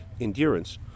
Endurance